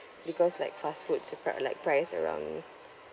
because like fast food like price around